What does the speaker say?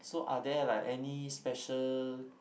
so are there like any special